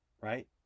Right